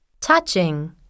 Touching